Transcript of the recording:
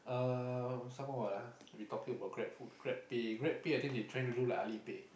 um some more what ah we talking about Grab food Grab pay Grab pay I think they trying to do like Alipay